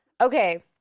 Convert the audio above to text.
Okay